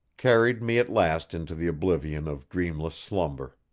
carried me at last into the oblivion of dreamless slumber.